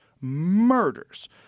murders